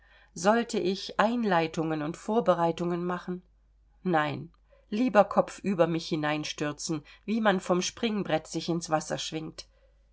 sollte ich einleitungen und vorbereitungen machen nein lieber kopfüber mich hineinstürzen wie man vom springbrett sich ins wasser schwingt